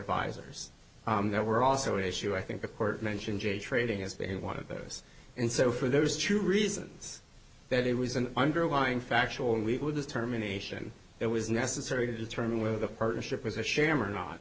visors there were also an issue i think the court mentioned j trading as being one of those and so for those two reasons that it was an underlying factual and we would determine nation it was necessary to determine whether the partnership was a sham or not